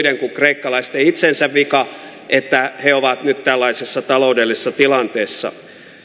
muiden kuin kreikkalaisten itsensä vika että he ovat nyt tällaisessa taloudellisessa tilanteessa